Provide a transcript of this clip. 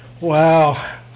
Wow